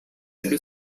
into